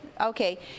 Okay